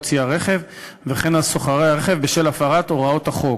צי הרכב וכן על סוחרי הרכב בשל הפרת הוראות החוק.